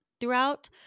throughout